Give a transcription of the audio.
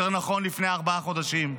לפני ארבעה חודשים,